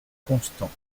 constant